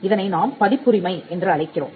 இதனை நாம் பதிப்புரிமை என்று அழைக்கிறோம்